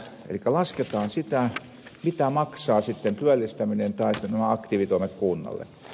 elikkä lasketaan sitä mitä maksaa sitten työllistäminen tai nämä aktiivitoimet kunnalle